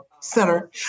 center